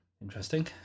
Interesting